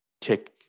take